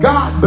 God